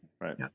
Right